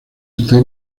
está